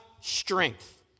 strength